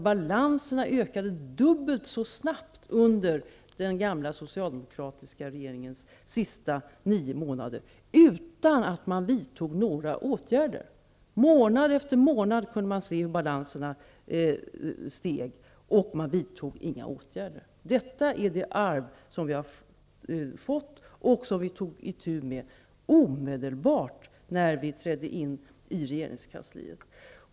Balanserna ökade dubbelt så snabbt under den gamla socialdemokratiska regeringens sista nio månader utan att den vidtog några åtgärder. Månad efter månad kunde man se hur balanserna steg, och man vidtog inga åtgärder. Detta är det arv som vi har fått, och som vi tog itu med omedelbart när vi trädde in i regeringskansliet.